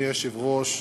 אדוני היושב-ראש,